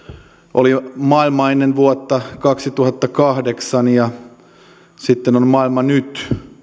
oli maailma ennen vuotta kaksituhattakahdeksan ja sitten on on maailma nyt